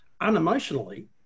unemotionally